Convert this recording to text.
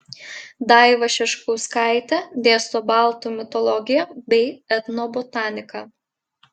daiva šeškauskaitė dėsto baltų mitologiją bei etnobotaniką